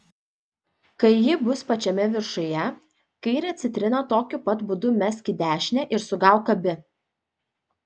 kai ji bus pačiame viršuje kairę citriną tokiu pat būdu mesk į dešinę ir sugauk abi